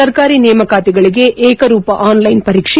ಸರ್ಕಾರಿ ನೇಮಕಾತಿಗಳಿಗೆ ಏಕರೂಪ ಆನ್ಲೈನ್ ಪರೀಕ್ಷೆ